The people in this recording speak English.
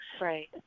Right